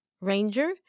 Ranger